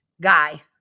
guy